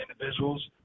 individuals